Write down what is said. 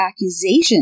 accusations